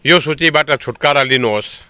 यो सूचीबाट छुटकारा लिनुहोस्